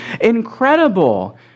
incredible